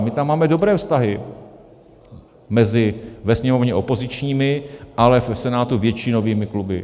My tam máme dobré vztahy mezi ve Sněmovně opozičními, ale v Senátu většinovými kluby.